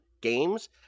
games